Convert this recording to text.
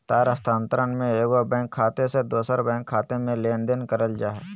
तार स्थानांतरण में एगो बैंक खाते से दूसर बैंक खाते में लेनदेन करल जा हइ